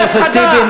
חבר הכנסת טיבי,